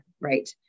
right